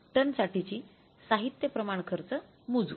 टनसाठीची साहित्य प्रमाण खर्च मोजू